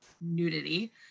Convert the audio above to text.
nudity